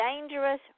Dangerous